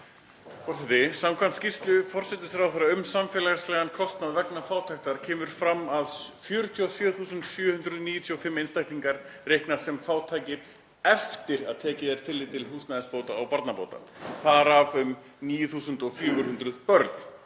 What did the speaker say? Forseti. Samkvæmt skýrslu forsætisráðherra um samfélagslegan kostnað vegna fátæktar kemur fram að 47.795 einstaklingar reiknast sem fátækir eftir að tekið er tillit til húsnæðisbóta og barnabóta, þar af um 9.400 börn.